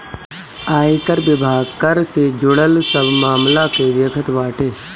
आयकर विभाग कर से जुड़ल सब मामला के देखत बाटे